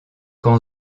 qu’en